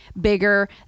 bigger